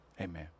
Amen